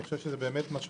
אני חושב שזה מאוד משמעותי.